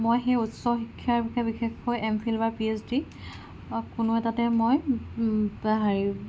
মই সেই উচ্চ শিক্ষাৰ বিশেষকৈ এম ফিল বা পি এইছ ডি কোনো এটাতে মই হেৰি